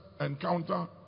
encounter